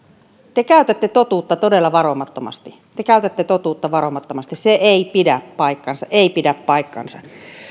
te käytätte totuutta todella varomattomasti te käytätte totuutta varomattomasti se ei pidä paikkaansa ei pidä paikkaansa